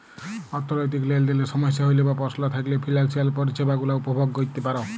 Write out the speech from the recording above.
অথ্থলৈতিক লেলদেলে সমস্যা হ্যইলে বা পস্ল থ্যাইকলে ফিলালসিয়াল পরিছেবা গুলা উপভগ ক্যইরতে পার